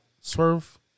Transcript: Swerve